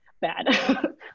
bad